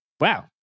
Wow